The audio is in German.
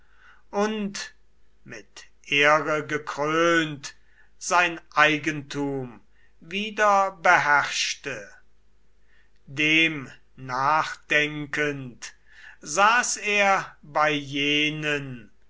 und mit ehre gekrönt sein eigentum wieder beherrschte dem nachdenkend saß er bei jenen